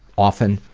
often